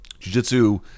Jujitsu